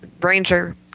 ranger